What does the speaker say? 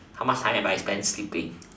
how much time have I spent sleeping